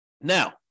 Now